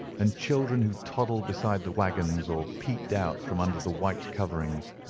and children who toddled beside the waggons or peeped out from under the white coverings.